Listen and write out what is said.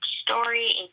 story